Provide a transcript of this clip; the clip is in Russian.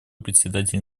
представитель